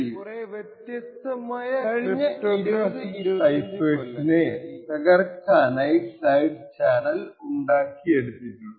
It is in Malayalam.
കഴിഞ്ഞ 20 25 കൊല്ലങ്ങളായി കുറെ വ്യത്യക്ഷമായ ക്രിപ്റ്റോഗ്രാഫിക് സെഫേഴ്സിനെ തകർക്കാനായി സൈഡ് ചാനൽ ഉണ്ടാക്കിയിട്ടുണ്ട്